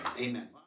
Amen